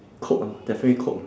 coke ah definitely coke